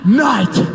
night